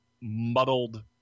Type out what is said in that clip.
muddled